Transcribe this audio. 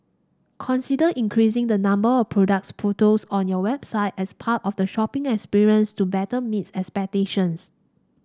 consider increasing the number of product photos on your website as part of the shopping experience to better meet expectations